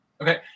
Okay